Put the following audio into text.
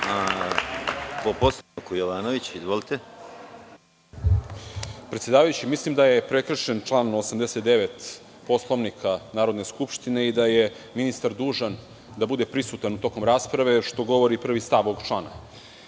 **Ivan Jovanović** Predsedavajući, mislim da je prekršen član 89. Poslovnika Narodne skupštine i da je ministar dužan da bude prisutan tokom rasprave, što govori prvi stav ovog člana.